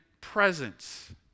presence